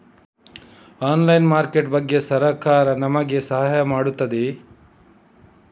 Online market ಬಗ್ಗೆ ಸರಕಾರ ನಮಗೆ ಸಹಾಯ ಮಾಡುತ್ತದೆ?